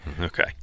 Okay